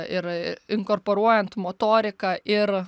ir inkorporuojant motoriką ir